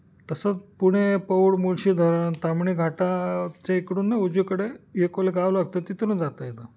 तसंच पुणे पौड मुळशी धरण ताम्हिणी घाटाच्या इकडून न उजवीकडे एकोला गावं लागतं तिथूनच जाता येत